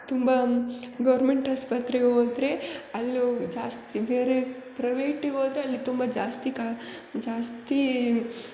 ತುಂಬ ಗೌರ್ಮೆಂಟ್ ಆಸ್ಪತ್ರೆಗೆ ಹೋದ್ರೆ ಅಲ್ಲೂ ಜಾಸ್ತಿ ಬೇರೆ ಪ್ರವೇಟಿಗೆ ಹೋದ್ರೆ ಅಲ್ಲಿ ತುಂಬ ಜಾಸ್ತಿ ಕಾ ಜಾಸ್ತಿ